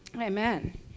Amen